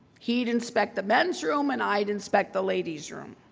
he'd inspect the men's room and i'd inspect the ladies' room.